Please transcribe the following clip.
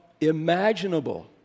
imaginable